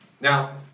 Now